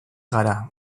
gara